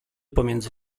pomiędzy